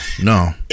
no